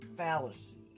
Fallacy